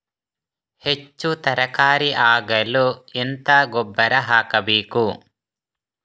ಹೆಚ್ಚು ತರಕಾರಿ ಆಗಲು ಎಂತ ಗೊಬ್ಬರ ಹಾಕಬೇಕು?